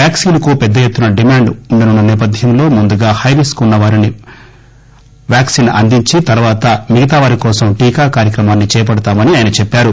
vaccine కు పెద్ద ఎత్తున డిమాండ్ ఉండనున్న నేపథ్యంలో ముందుగా హై రిస్క్ వున్న వారిని వాక్సిన్ను అందించి తర్వాత మిగతా వారికోసం టీకా కార్యక్రమాన్ని చేపడతామని ఆయన చెప్పారు